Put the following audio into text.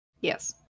Yes